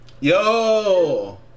Yo